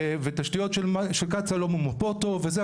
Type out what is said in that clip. ותשתיות של קצא"א לא ממופות טוב וזה.